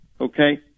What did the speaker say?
okay